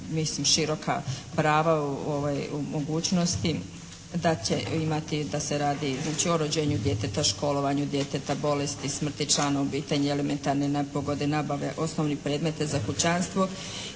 mislim široka prava i mogućnosti, da će imati, da se radi …/Govornik se ne razumije./… rođenja djeteta, školovanju djeteta, bolesti, smrti člana obitelji, elementarne nepogode, nabave osnovnih predmeta za kućanstvo